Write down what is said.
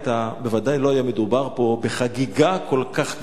בוודאי לא היה מדובר פה בחגיגה כל כך גדולה.